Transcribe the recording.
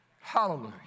Hallelujah